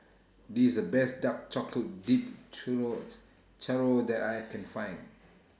This The Best Dark Chocolate Dipped Churro's Churro that I Can Find